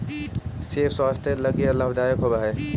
सेब स्वास्थ्य के लगी लाभदायक होवऽ हई